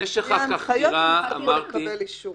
לפי ההנחיות הם צריכים לקבל אישורים.